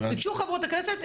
ביקשו חברות כנסת.